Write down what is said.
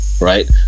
right